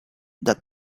that